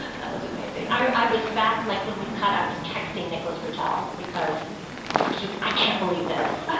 ah that was amazing. i i was back. like when we'd cut. i was texting nicolas patel because as a like cute i can't believe this.